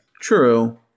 True